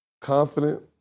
confident